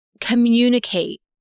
communicate